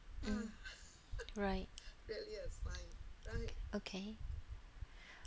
mm right okay